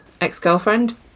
ex-girlfriend